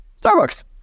Starbucks